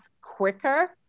quicker